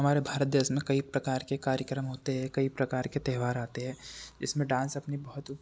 हमारे भारत देश में कई प्रकार के कार्यक्रम होते हैं कई प्रकार के त्योहार आते हैं जिसमें डांस अपने बहुत